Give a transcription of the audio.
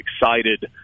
excited